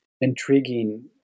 intriguing